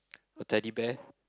a Teddy Bear